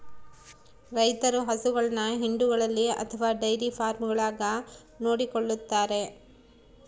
ರೈತರು ಹಸುಗಳನ್ನು ಹಿಂಡುಗಳಲ್ಲಿ ಅಥವಾ ಡೈರಿ ಫಾರ್ಮ್ಗಳಾಗ ನೋಡಿಕೊಳ್ಳುತ್ತಾರೆ